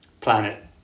planet